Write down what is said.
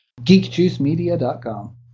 GeekJuiceMedia.com